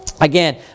Again